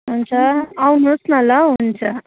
हुन्छ आउनुहोस् न ल हुन्छ